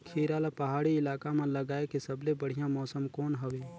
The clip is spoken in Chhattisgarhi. खीरा ला पहाड़ी इलाका मां लगाय के सबले बढ़िया मौसम कोन हवे?